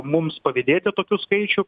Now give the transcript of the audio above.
mums pavydėti tokių skaičių